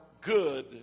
good